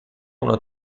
una